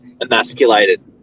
Emasculated